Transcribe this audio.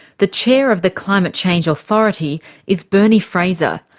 the chair of the climate change authority is bernie fraser,